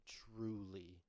truly